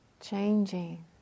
changing